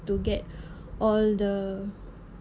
to get all the